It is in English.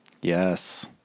Yes